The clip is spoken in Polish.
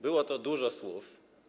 Było to dużo słów.